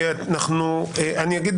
אני למען